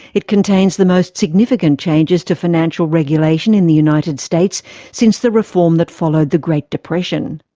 it contains the most significant changes to financial regulation in the united states since the reform that followed the great depression.